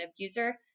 abuser